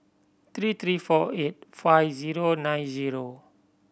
three three four eight five zero nine zero